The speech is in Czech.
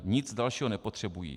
Nic dalšího nepotřebují.